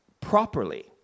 properly